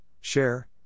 share